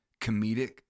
comedic